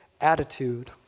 attitude